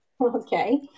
Okay